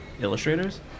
illustrators